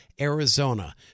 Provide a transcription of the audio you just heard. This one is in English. Arizona